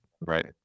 Right